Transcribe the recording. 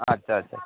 আচ্ছা আচ্ছা